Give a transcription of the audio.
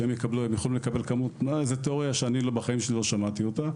שהם יכולים לקבל כמות זאת תיאוריה שאני בחיים שלי לא שמעתי עליה.